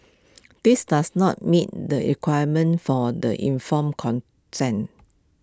this does not meet the requirement for the informed consent